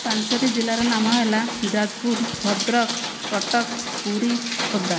ପାଞ୍ଚଟି ଜିଲ୍ଲାର ନାମ ହେଲା ଯାଜପୁର ଭଦ୍ରକ କଟକ ପୁରୀ ଖୋର୍ଦ୍ଧା